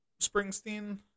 Springsteen